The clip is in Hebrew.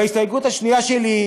ההסתייגות השנייה שלי,